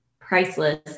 priceless